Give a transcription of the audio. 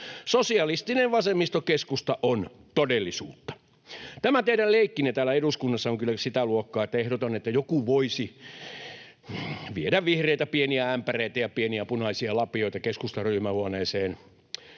Sosialistinen vasemmistokeskusta on todellisuutta. Tämä teidän leikkinne täällä eduskunnassa on kyllä sitä luokkaa, että ehdotan, että joku voisi viedä vihreitä pieniä ämpäreitä ja pieniä punaisia lapioita keskustan ryhmähuoneeseen.